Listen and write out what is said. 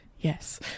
yes